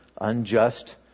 unjust